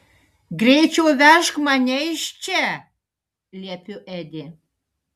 greičiau vežk mane iš čia liepiu edi